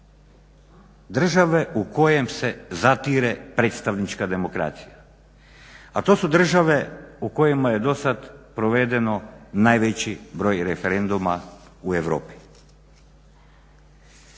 države u kojima se zatire predstavnička demokracija? A to su države u kojima je do sada provedeno najveći broj referenduma u Europi.